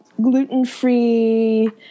gluten-free –